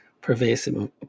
pervasive